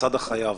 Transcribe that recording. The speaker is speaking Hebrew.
לצד החייב.